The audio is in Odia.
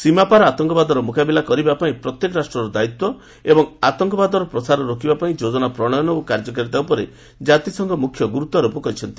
ସୀମାପାର ଆତଙ୍କବାଦର ମୁକାବିଲା କରିବା ପ୍ରତ୍ୟେକ ରାଷ୍ଟ୍ରର ଦାୟିତ୍ୱ ଏବଂ ଆତଙ୍କବାଦର ପ୍ରସାର ରୋକିବାପାଇଁ ଯୋଜନା ପ୍ରଣୟନ ଓ କାର୍ଯ୍ୟକାରିତା ଉପରେ କାତିସଂଘ ମୁଖ୍ୟ ଗୁରୁତ୍ୱାରୋପ କରିଛନ୍ତି